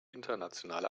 internationale